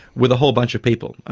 with a whole bunch of people,